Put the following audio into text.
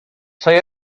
say